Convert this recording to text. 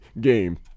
game